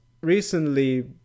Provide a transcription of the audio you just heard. recently